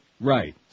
Right